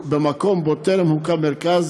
במקום שבו טרם הוקם מרכז,